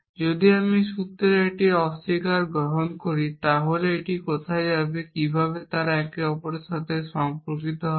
যদি আমি একটি সূত্রের একটি অস্বীকার গ্রহণ করি তাহলে এটি কোথায় হবে কিভাবে তারা একে অপরের সাথে সম্পর্কিত হবে